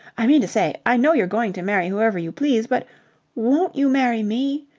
i mean to say i know you're going to marry whoever you please. but won't you marry me?